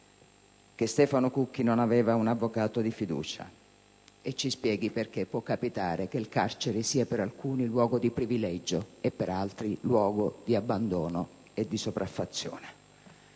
che Stefano Cucchi non aveva un avvocato di fiducia. E ci spieghi perché può capitare che il carcere sia per alcuni luogo di privilegio e per altri luogo di abbandono e di sopraffazione.